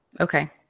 Okay